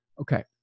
Okay